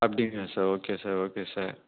அப்படிங்களா sir okay sir okay sir